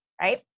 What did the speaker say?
right